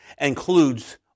includes